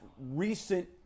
recent